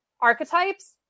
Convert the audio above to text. Archetypes